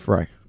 Right